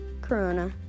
Corona